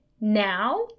now